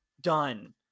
done